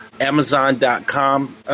Amazon.com